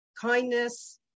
kindness